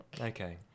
Okay